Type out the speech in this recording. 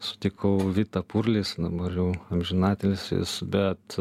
sutikau vitą purlį jis dabar jau amžinatilsis bet